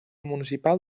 municipal